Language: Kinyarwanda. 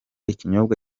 ikinyobwa